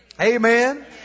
Amen